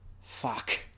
Fuck